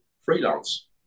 freelance